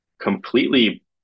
completely